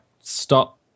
stop